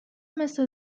مثل